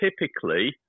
typically